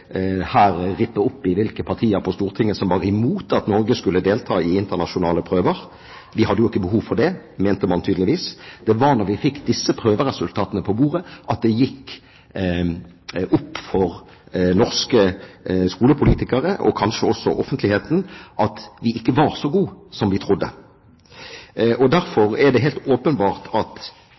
behov for, mente man tydeligvis. Det var først da vi fikk resultatene fra de internasjonale prøvene på bordet, at det gikk opp for norske skolepolitikere og kanskje også for offentligheten at vi ikke var så gode som vi trodde. Derfor er det helt åpenbart at